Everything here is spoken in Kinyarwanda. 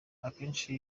akenshi